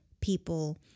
people